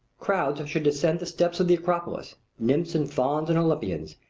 crowds should descend the steps of the acropolis, nymphs and fauns and olympians,